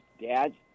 dad